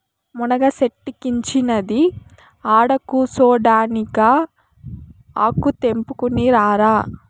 మునగ సెట్టిక్కించినది ఆడకూసోడానికా ఆకు తెంపుకుని రారా